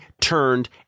turned